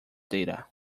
data